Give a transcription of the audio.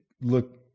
Look